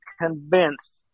convinced